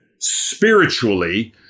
spiritually